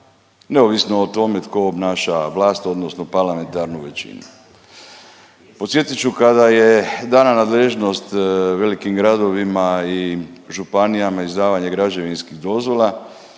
neovisno o tome tko obnaša vlast odnosno parlamentarnu većinu. Podsjetit ću kada je dana nadležnost velikim gradovima i županijama, izdavanje građevinskih dozvola